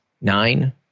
nine